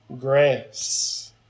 grace